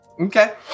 Okay